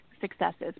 successes